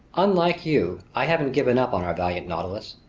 unlike you, i haven't given up on our valiant nautilus,